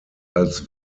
als